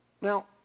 Now